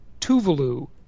Tuvalu